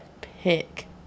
pick